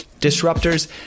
disruptors